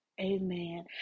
amen